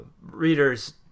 Readers